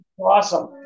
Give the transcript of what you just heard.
Awesome